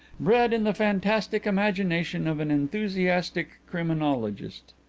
bred in the fantastic imagination of an enthusiastic criminologist.